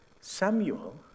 Samuel